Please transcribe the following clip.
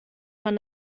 man